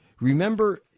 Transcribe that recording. remember